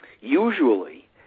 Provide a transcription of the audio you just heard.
Usually